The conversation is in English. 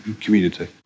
community